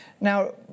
Now